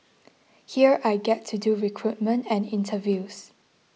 here I get to do recruitment and interviews